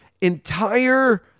entire